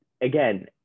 again